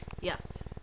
Yes